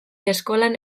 eskolan